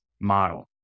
model